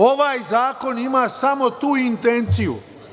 Ovaj zakon ima samo tu intenciju.